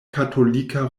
katolika